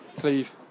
Cleve